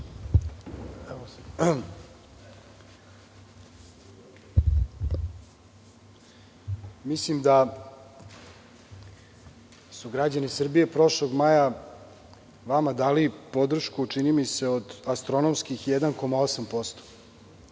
Mislim da su građani Srbije prošlog maja vama dali podršku čini mi se od astronomskih 1,8%.